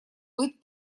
быть